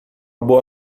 boa